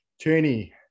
Cheney